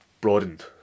broadened